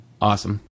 Awesome